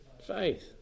faith